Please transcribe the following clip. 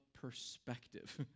perspective